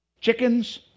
chickens